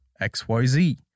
XYZ